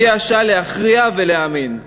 הגיעה השעה להכריע ולהאמין,